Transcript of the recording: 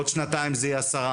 בעוד שנתיים זה יהיה עשרה,